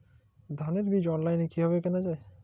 ধানের বীজ অনলাইনে কিভাবে কেনা যায়?